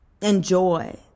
enjoy